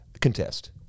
contest